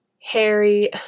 Harry